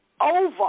over